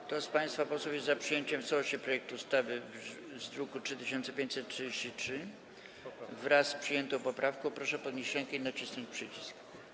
Kto z państwa posłów jest za przyjęciem w całości projektu ustawy z druku nr 3533, wraz z przyjętą poprawką, proszę podnieść rękę i nacisnąć przycisk.